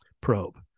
probe